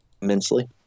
immensely